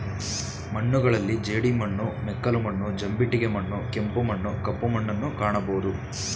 ಮಣ್ಣುಗಳಲ್ಲಿ ಜೇಡಿಮಣ್ಣು, ಮೆಕ್ಕಲು ಮಣ್ಣು, ಜಂಬಿಟ್ಟಿಗೆ ಮಣ್ಣು, ಕೆಂಪು ಮಣ್ಣು, ಕಪ್ಪು ಮಣ್ಣುನ್ನು ಕಾಣಬೋದು